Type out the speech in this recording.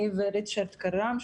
אני וריצ'רד כראם,